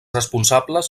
responsables